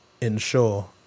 ensure